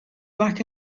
back